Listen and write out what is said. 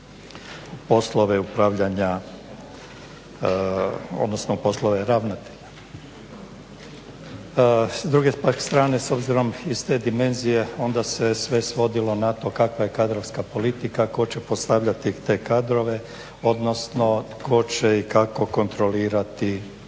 u poslove upravljanja odnosno poslove ravnatelja. S druge pak strane s obzirom iz te dimenzije onda se sve svodilo na to kakva je kadrovska politika, tko će postavljati te kadrove odnosno tko će i kako kontrolirati